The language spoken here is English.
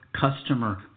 customer